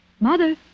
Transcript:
Mother